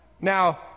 Now